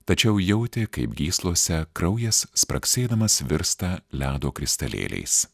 tačiau jautė kaip gyslose kraujas spragsėdamas virsta ledo kristalėliais